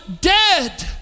dead